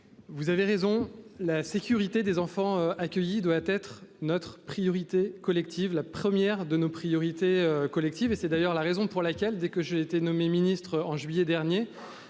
vous avez raison, la sécurité des enfants accueillis doit être la première de nos priorités collectives. C'est d'ailleurs la raison pour laquelle, dès que j'ai été nommé ministre, en juillet dernier,